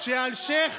שאלשיך